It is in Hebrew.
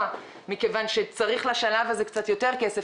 מכיוון שצריך לשלב הזה קצת יותר כסף,